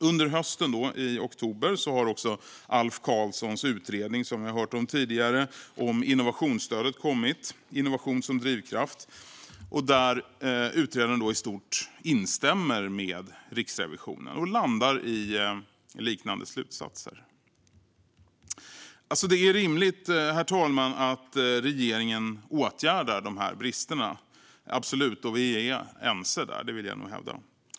Under hösten, i oktober, har också Alf Karlssons utredning om innovationsstödet Innovation som drivkraft - från forskning till nytta , som vi har hört om tidigare, kommit. Utredaren instämmer i stort med Riksrevi-sionen och landar i liknande slutsatser. Det är rimligt, herr talman, att regeringen åtgärdar de här bristerna. Så är det absolut, och vi är ense om det - det vill jag nog hävda.